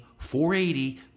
480